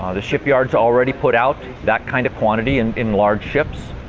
um the shipyards already put out that kind of quantity and in large ships.